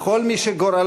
לכל מי שגורלה,